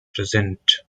present